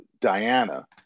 Diana